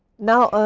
now,